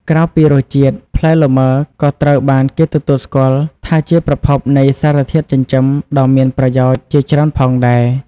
ក្រៅពីរសជាតិ ផ្លែលម៉ើក៏ត្រូវបានគេទទួលស្គាល់ថាជាប្រភពនៃសារធាតុចិញ្ចឹមដ៏មានប្រយោជន៍ជាច្រើនផងដែរ។